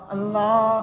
Allah